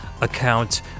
account